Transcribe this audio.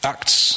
Acts